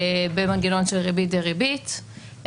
במנגנון של ריבית דריבית,